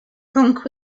punk